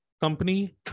Company